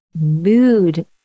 mood